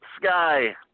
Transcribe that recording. Sky